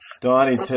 Donnie